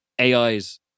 AIs